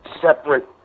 Separate